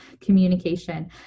communication